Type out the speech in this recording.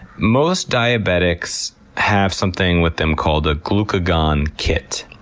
most diabetics have something with them called a glucagon kit.